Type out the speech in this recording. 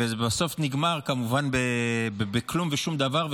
ובסוף זה נגמר כמובן בכלום ושום דבר,